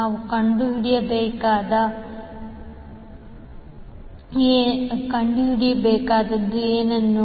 ನಾವು ಕಂಡುಹಿಡಿಯಬೇಕಾದದ್ದು ಏನು